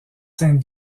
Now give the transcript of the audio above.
sainte